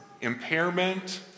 impairment